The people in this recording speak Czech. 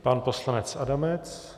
Pan poslanec Adamec.